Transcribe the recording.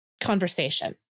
conversation